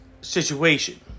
situation